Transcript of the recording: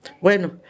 Bueno